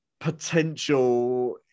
potential